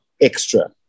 extra